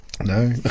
No